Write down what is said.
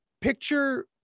picture